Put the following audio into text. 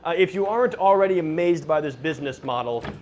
if you aren't already amazed by this business model,